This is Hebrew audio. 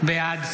בעד.